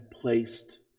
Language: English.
placed